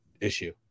Issue